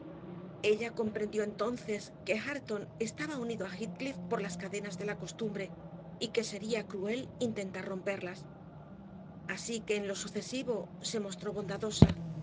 ella comprendió entonces que hareton estaba unido a heathcliff por las cadenas de la costumbre y que sería cruel intentar romperlas así que en lo sucesivo se mostró bondadosa